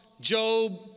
Job